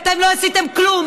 אתם לא עשיתם כלום.